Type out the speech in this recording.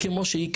שאתה מעלה.